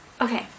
Okay